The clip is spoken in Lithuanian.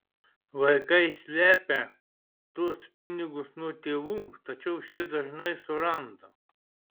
vaikai slepią tuos pinigus nuo tėvų tačiau šie dažnai surandą